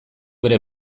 bere